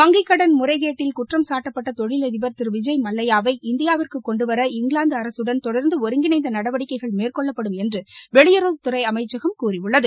வங்கிக்கடன் முறைகேட்டில் குற்றம் சாட்டப்பட்ட தொழிலதிபர் விஜய் மல்லையாவை இந்தியாவிற்கு கொண்டுவர இங்கிலாந்து அரசுடன் தொடர்ந்து ஒருங்கிணைந்த நடவடிக்கைகள் மேற்கொள்ளட்படும் என்று வெளியுறவுத்துறை அமைச்சகம் கூறியுள்ளது